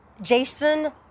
Jason